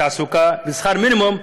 תעסוקה ושכר מינימום,